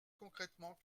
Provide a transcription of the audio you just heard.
concrètement